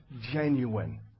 genuine